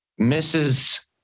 Mrs